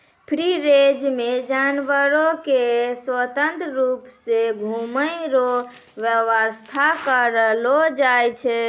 free range मे जानवर के स्वतंत्र रुप से घुमै रो व्याबस्था करलो जाय छै